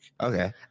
okay